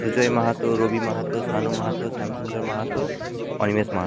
Sujoy Mahato Rabi Mahato Sanu Mahato Shyamsundar Mahato Animesh Maha